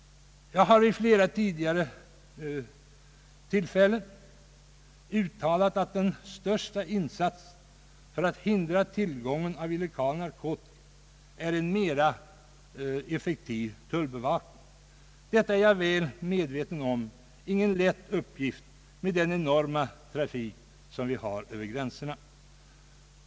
Jag har vid flera tillfällen uttalat att den bästa insatsen för att hindra tillgången till illegal narkotika är en mer effektiv tullbevakning. Jag är väl medveten om att detta inte är någon lätt uppgift med den enorma trafik som vi har över gränserna.